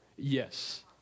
Yes